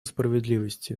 справедливости